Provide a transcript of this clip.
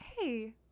hey